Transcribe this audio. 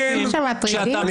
המשפטיים,